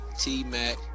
T-Mac